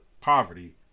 poverty